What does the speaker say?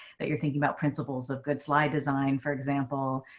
that you're thinking about principles of good slide design, for example.